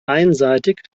einseitig